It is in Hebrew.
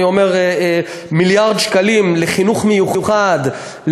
אני אומר מיליארד שקלים לחינוך מיוחד,